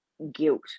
Guilt